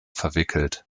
verwickelt